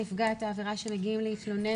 נפגעת העבירה שמגיעים להתלונן,